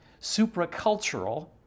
supracultural